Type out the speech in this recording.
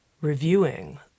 reviewing